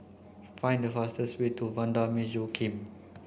find the fastest way to Vanda Miss Joaquim